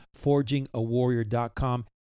ForgingAWarrior.com